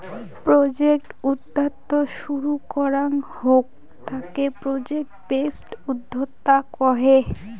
project উদ্যোক্তা শুরু করাঙ হউক তাকে প্রজেক্ট বেসড উদ্যোক্তা কহে